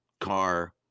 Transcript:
car